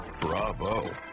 Bravo